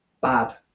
bad